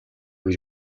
гэж